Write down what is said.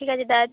ঠিক আছে দাদা